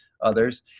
others